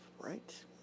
right